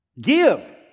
Give